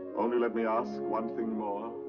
only let me ask one thing more.